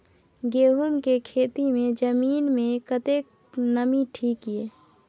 गहूम के खेती मे जमीन मे कतेक नमी ठीक ये?